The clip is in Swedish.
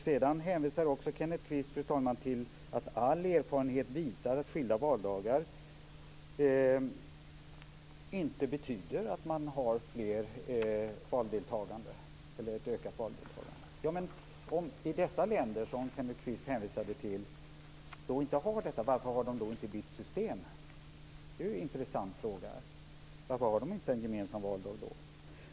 Sedan hänvisar också Kenneth Kvist till att all erfarenhet visar att skilda valdagar inte betyder att man har ett ökat valdeltagande. Om de länder som Kenneth Kvist hänvisade till inte har detta, varför har de då inte bytt system? Det är intressant fråga. Varför har de inte en gemensam valdag då?